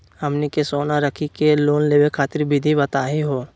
हमनी के सोना रखी के लोन लेवे खातीर विधि बताही हो?